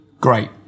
Great